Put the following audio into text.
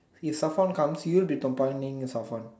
if Safon he will be bombarding Safon